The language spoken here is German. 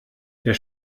der